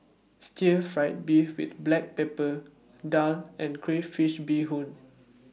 Stir Fried Beef with Black Pepper Daal and Crayfish Beehoon